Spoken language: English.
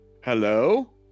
hello